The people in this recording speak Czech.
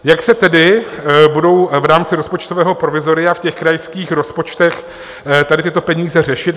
Jak se tedy budou v rámci rozpočtového provizoria v krajských rozpočtech tady tyto peníze řešit?